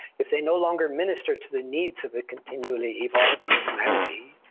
if they no longer minister to the needs of a continually evolving humanity,